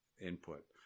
input